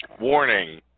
Warning